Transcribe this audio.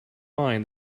mind